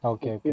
Okay